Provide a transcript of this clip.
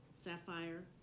Sapphire